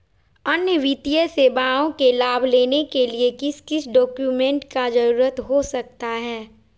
अन्य वित्तीय सेवाओं के लाभ लेने के लिए किस किस डॉक्यूमेंट का जरूरत हो सकता है?